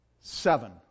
Seven